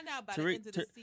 Tariq